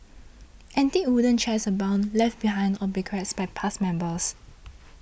antique wooden chairs abound left behind or bequeathed by past members